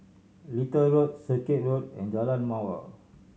Little Road Circuit Road and Jalan Mawar